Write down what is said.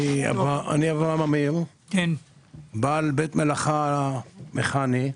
אני בעל בית מלאכה מכני,